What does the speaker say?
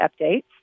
updates